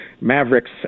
Maverick's